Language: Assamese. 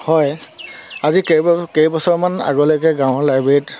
হয় আজি কেইবছৰ কেইবছৰমান আগলৈকে গাঁৱৰ লাইব্ৰেৰীত